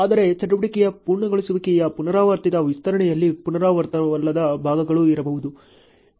ಆದರೆ ಚಟುವಟಿಕೆಯ ಪೂರ್ಣಗೊಳಿಸುವಿಕೆಯ ಪುನರಾವರ್ತಿತ ವಿಸ್ತರಣೆಯಲ್ಲಿ ಪುನರಾವರ್ತಿತವಲ್ಲದ ಭಾಗಗಳೂ ಇರಬಹುದು